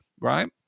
right